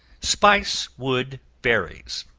spice wood berries.